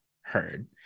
heard